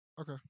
Okay